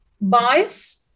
bias